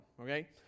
okay